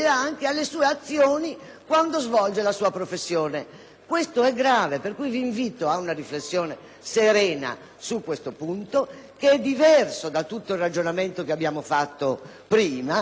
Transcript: Ciò è grave, per cui invito a una riflessione serena su questo punto, che è diverso da tutto il ragionamento che abbiamo fatto prima e che va nella specificità di questi casi.